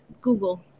Google